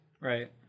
Right